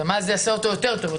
במה זה יעשה אותו יותר טוב.